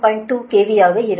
2 KV ஆக இருக்கும்